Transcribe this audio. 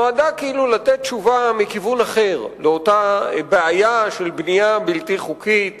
נועדה כאילו לתת תשובה מכיוון אחר לאותה בעיה של בנייה בלתי חוקית